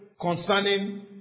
concerning